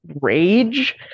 rage